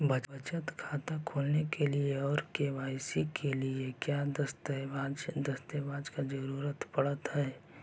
बचत खाता खोलने के लिए और के.वाई.सी के लिए का क्या दस्तावेज़ दस्तावेज़ का जरूरत पड़ हैं?